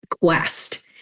quest